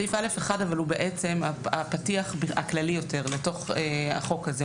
סעיף א(1) הוא בעצם הפתיח הכללי יותר לתוך החוק הזה.